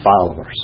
followers